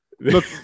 look